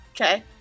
Okay